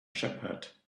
shepherd